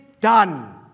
done